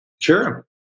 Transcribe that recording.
Sure